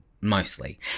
mostly